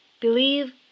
believe